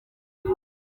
muri